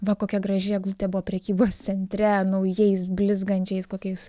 va kokia graži eglutė buvo prekybos centre naujais blizgančiais kokiais